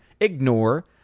Ignore